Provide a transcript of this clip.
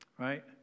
Right